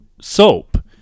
soap